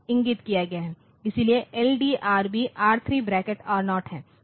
इसलिए LDRB R3 bracket R0 है